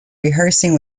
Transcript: rehearsing